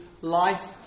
life